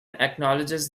acknowledges